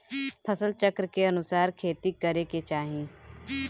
फसल चक्र के अनुसार खेती करे के चाही